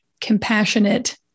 compassionate